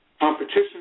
Competition